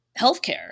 healthcare